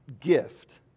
gift